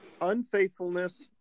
unfaithfulness